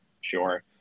sure